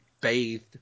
bathed